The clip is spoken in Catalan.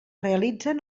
realitzen